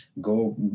go